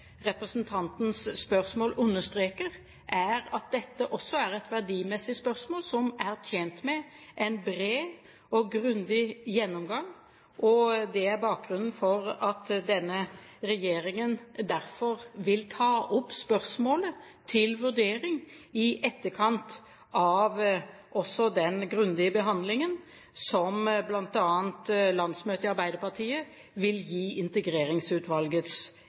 representantens spørsmål understreker, er at dette også er et verdimessig spørsmål som er tjent med en bred og grundig gjennomgang. Det er bakgrunnen for at denne regjeringen derfor vil ta opp spørsmålet til vurdering i etterkant av den grundige behandlingen som bl.a. landsmøtet i Arbeiderpartiet vil gi Integreringsutvalgets